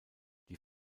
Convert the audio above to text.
die